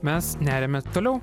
mes neriame toliau